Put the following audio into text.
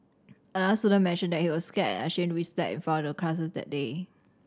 another student mentioned that he was scared and ashamed to be slapped in front of the class that day